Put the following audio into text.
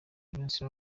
ramsey